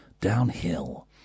downhill